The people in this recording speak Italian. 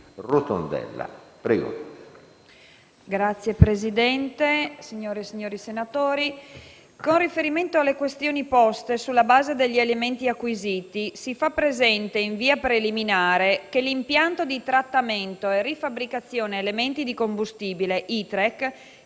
e del mare*. Signor Presidente, onorevoli senatori, con riferimento alle questioni poste, sulla base degli elementi acquisiti, si fa presente in via preliminare che l'Impianto di trattamento e rifabbricazione elementi di combustibile (ITREC),